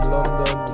London